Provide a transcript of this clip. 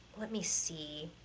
let me see.